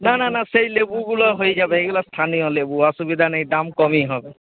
না না না সেই লেবুগুলো হয়ে যাবে এইগুলো স্থানীয় লেবু অসুবিধা নেই দাম কমই হবে